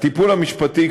הטיפול המשפטי,